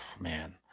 man